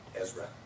Ezra